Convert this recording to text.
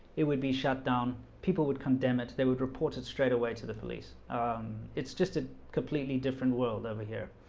it would be shut down people would condemn it. they would report it straight away to the police it's just a completely different world over here